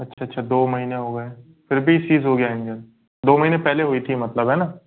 अच्छा अच्छा दो महीने हो गए फिर भी सीज हो गया इंजन दो महीने पहले हुई थी मतलब है ना